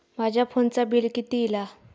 माझ्या फोनचा बिल किती इला?